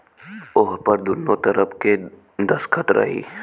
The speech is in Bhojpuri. ओहपर दुन्नो तरफ़ के दस्खत रही